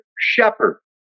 shepherd